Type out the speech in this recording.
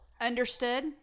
Understood